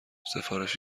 سفارش